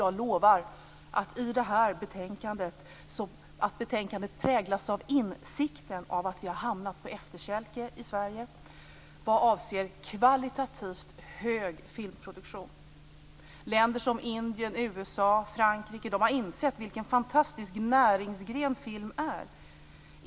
Jag lovar att betänkandet präglas av insikten om att vi i Sverige hamnat på efterkälken när det gäller kvalitativt hög filmproduktion. Länder som Indien, USA och Frankrike har insett vilken fantastisk näringsgren film är.